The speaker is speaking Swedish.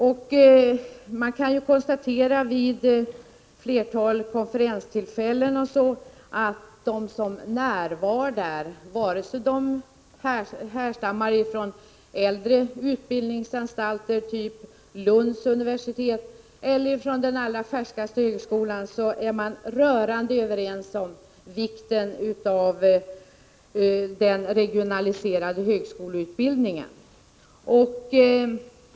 Vid olika konferenser har konstaterats att de närvarande, vare sig de härstammar från äldre utbildningsanstalter, typ Lunds universitet, eller från den allra färskaste högskolan, är rörande överens om vikten av den regionaliserade högskoleutbildningen.